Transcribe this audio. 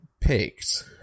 picked